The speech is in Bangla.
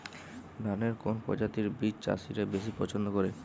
ধানের কোন প্রজাতির বীজ চাষীরা বেশি পচ্ছন্দ করে?